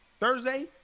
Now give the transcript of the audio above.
Thursday